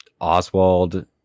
Oswald